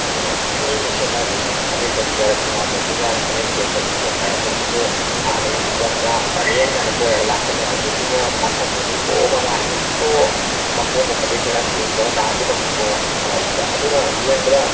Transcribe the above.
ꯐꯅꯦꯛꯅꯤ ꯁꯦꯠꯅꯗꯣꯏꯁꯦ ꯐꯅꯦꯛ ꯁꯦꯠꯄꯁꯨ ꯌꯥꯎꯔꯦ ꯈꯣꯡꯒ꯭ꯔꯥꯎ ꯁꯦꯠꯄꯁꯨ ꯌꯥꯎꯔꯦ ꯐꯅꯦꯛ ꯁꯦꯠꯄꯒꯤ ꯆꯣꯡꯊꯔꯛꯄ ꯁꯤꯁꯨ ꯍꯥꯟꯅꯒꯤ ꯊꯕꯜꯅ ꯄꯔꯦꯡ ꯁꯥꯅ ꯀꯣꯏꯔꯒ ꯂꯥꯛꯄꯅꯦ ꯍꯧꯖꯤꯛꯀꯤꯅ ꯃꯁꯝꯕꯨ ꯅꯤꯛꯄꯍꯣ ꯃꯃꯥꯏꯕꯨ ꯅꯤꯛꯄꯍꯣ ꯃꯈꯣꯡꯕꯨ ꯐꯩꯗꯦꯛ ꯐꯩꯔꯥꯡ ꯆꯤꯡꯕꯍꯣ ꯗꯥꯟꯁꯄꯨ ꯇꯧꯈꯠꯄꯍꯣ ꯊꯥꯕꯜꯁꯤꯗ ꯑꯗꯨꯅ ꯌꯦꯡꯕꯗ